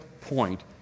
point